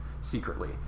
secretly